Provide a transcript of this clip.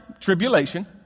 tribulation